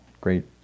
great